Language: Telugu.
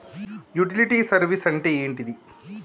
యుటిలిటీ సర్వీస్ అంటే ఏంటిది?